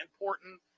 important